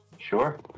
Sure